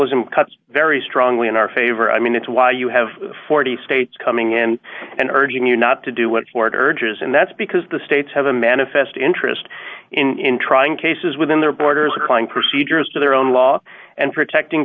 sm cuts very strongly in our favor i mean it's why you have forty states coming in and urging you not to do what florida urges and that's because the states have a manifest interest in trying cases within their borders applying procedures to their own law and protecting